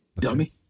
dummy